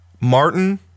Martin